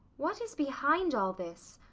what is behind all this?